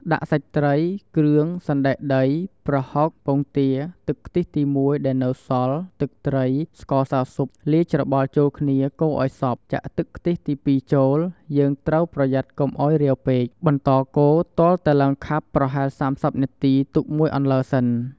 ដាក់សាច់ត្រី គ្រឿង សណ្ដែកដី ប្រហុក ពងទា ទឹកខ្ទិះទីមួយដែលនៅសល់ ទឹកត្រី ស្ករ ម្សៅស៊ុប លាយច្របល់ចូលគ្នាកូរឲ្យសព្វ ចាក់ទឹកខ្ទិះទី២ចូល យើងត្រូវប្រយ័ត្នកុំឲ្យរាវពេក បន្តកូរឲ្យទាល់តែឡើងខាប់ប្រហែល៣០នាទី ទុកមួយអន្លើសិន។